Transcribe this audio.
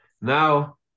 Now